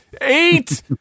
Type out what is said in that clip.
Eight